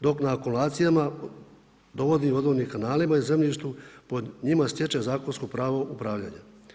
Dok na akumulacijama dovodnim i odvodnim kanalima i zemljištu po njima stječe zakonsko pravo upravljanja.